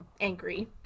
angry